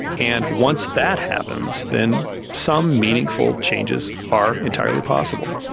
and once that happens, then some meaningful changes are entirely possible.